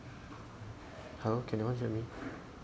hello can anyone hear me